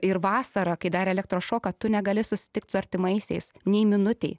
ir vasarą kai darė elektrošoką tu negali susitikt su artimaisiais nei minutei